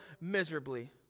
miserably